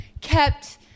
kept